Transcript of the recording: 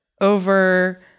over